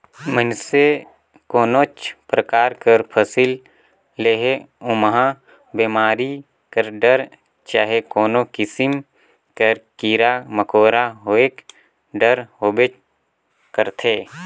मइनसे कोनोच परकार कर फसिल लेहे ओम्हां बेमारी कर डर चहे कोनो किसिम कर कीरा मकोरा होएक डर होबे करथे